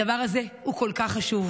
הדבר הזה הוא כל כך חשוב,